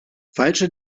falsche